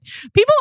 People